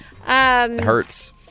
hurts